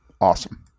awesome